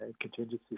contingency